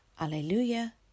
Alleluia